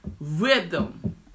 rhythm